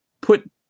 put